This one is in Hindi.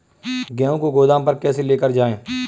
गेहूँ को गोदाम पर कैसे लेकर जाएँ?